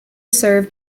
served